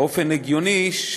באופן הגיוני,